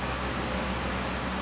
uh gelang tangan